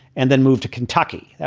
and then move to kentucky.